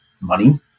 money